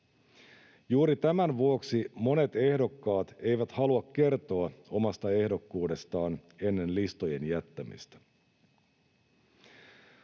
Juuri tämän vuoksi monet ehdokkaat eivät halua kertoa omasta ehdokkuudestaan ennen listojen jättämistä.